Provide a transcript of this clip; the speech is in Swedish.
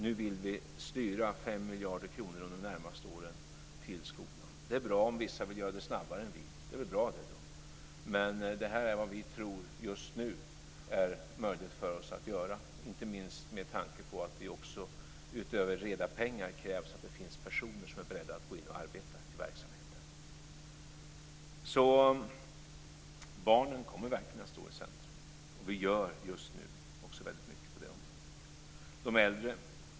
Nu vill vi styra 5 miljarder kronor under de närmaste åren till skolan. Det är bra om vissa vill göra det snabbare än vi. Men det här är vad vi tror är möjligt för oss att göra just nu, inte minst med tanke på att det utöver reda pengar krävs att det finns personer som är beredda att gå in och arbeta i verksamheten. Barnen kommer verkligen att stå i centrum. Vi gör mycket på det området just nu. Sedan har vi de äldre.